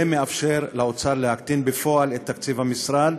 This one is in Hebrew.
זה מאפשר לאוצר להקטין בפועל את תקציב המשרד.